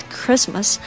Christmas